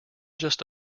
just